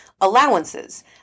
allowances